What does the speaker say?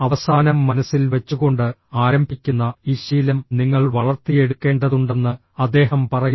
അവസാനം മനസ്സിൽ വെച്ചുകൊണ്ട് ആരംഭിക്കുന്ന ഈ ശീലം നിങ്ങൾ വളർത്തിയെടുക്കേണ്ടതുണ്ടെന്ന് അദ്ദേഹം പറയുന്നു